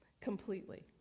completely